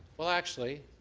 well actually